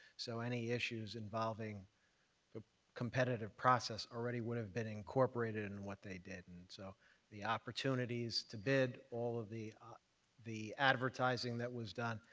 so any issues involving the competitive process would have been incorporated in what they did. and so the opportunities to bid all of the the advertising that was done,